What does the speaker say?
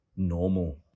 normal